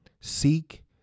Seek